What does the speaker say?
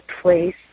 place